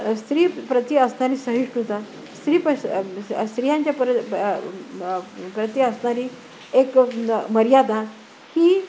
स्त्री प्रति असणारी सहिष्णुता स्त्री प्र स्त्रियांच्या पर प्रती असणारी एक आ म मर्यादा ही